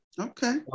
okay